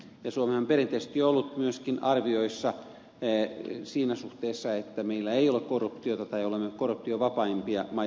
ja suomihan on perinteisesti ollut myöskin arvioissa siinä suhteessa että meillä ei ole korruptiota tai olemme suomessa korruptiovapaimpia maita